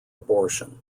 abortion